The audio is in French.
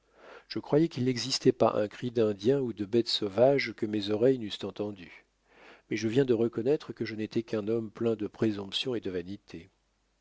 je croyais qu'il n'existait pas un cri d'indien ou de bête sauvage que mes oreilles n'eussent entendu mais je viens de reconnaître que je n'étais qu'un homme plein de présomption et de vanité